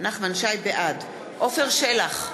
בעד עפר שלח,